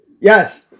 Yes